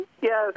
yes